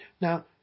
Now